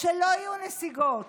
שלא יהיו נסיגות,